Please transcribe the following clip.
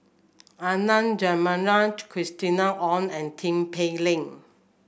Adan Jimenez Christina Ong and Tin Pei Ling